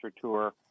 Tour